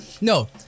No